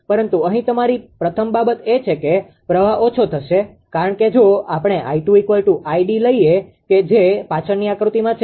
પરંતુ અહીં તમારી પ્રથમ બાબત એ છે કે પ્રવાહ ઓછો થશે કારણ કે જો આપણે 𝐼2 𝐼𝑑 લઈએ કે જે પાછળની આકૃતિમાં છે